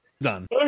done